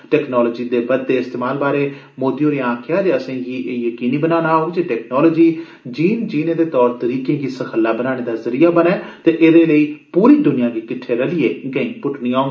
technology दे बधदे इस्तेमाल बारे प्रधानमंत्री होरें गलाया जे असें'गी एह यकीनी बनाना होग जे टेक्नोलाजी जीन जीने दे तौर तरीकें गी सखल्ला बनाने दा ज़रिया बनै ते एहदे लेई पूरी दुनिया गी किंडे रलियै गैहीं पुट्टिनां होडन